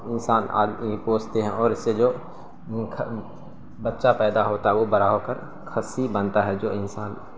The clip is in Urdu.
انسان آدمی پوستے ہیں اور اسے جو بچہ پیدا ہوتا ہے وہ بڑا ہو کر خصی بنتا ہے جو انسان